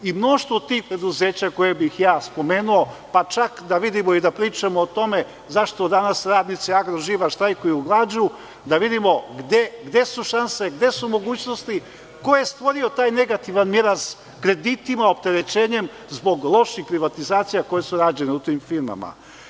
Imamo mnogo tih preduzeća koja bih ja spomenuo, pa čak da vidimo i da pričamo o tome zašto danas radnici „Agroživa“ štrajkuju glađu, da vidimo gde su šanse, gde su mogućnosti, ko je stvorio taj negativni miraz kreditima, opterećenjem, zbog loših privatizacija koje su rađene u tim firmama?